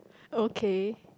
okay